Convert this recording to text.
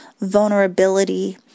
vulnerability